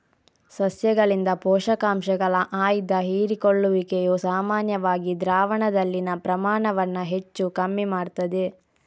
ಸಸ್ಯಗಳಿಂದ ಪೋಷಕಾಂಶಗಳ ಆಯ್ದ ಹೀರಿಕೊಳ್ಳುವಿಕೆಯು ಸಾಮಾನ್ಯವಾಗಿ ದ್ರಾವಣದಲ್ಲಿನ ಪ್ರಮಾಣವನ್ನ ಹೆಚ್ಚು ಕಮ್ಮಿ ಮಾಡ್ತದೆ